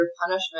punishment